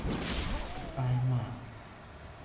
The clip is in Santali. ᱟᱭᱢᱟ